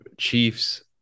Chiefs